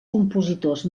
compositors